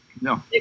No